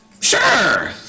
Sure